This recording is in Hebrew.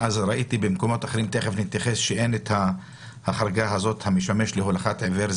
במקומות אחרים ראיתי שאין את ההחרגה המדברת על כלב המשמש להולכת עיוור.